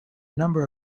number